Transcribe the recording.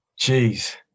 Jeez